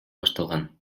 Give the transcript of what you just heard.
башталган